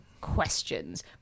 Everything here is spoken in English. questions